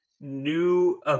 new